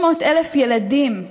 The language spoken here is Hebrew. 600,000 ילדים,